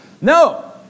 No